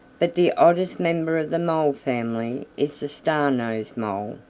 but the oddest member of the mole family is the star-nosed mole.